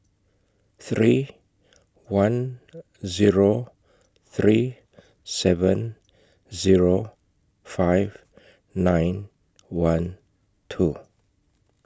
three one Zero three seven Zero five nine one two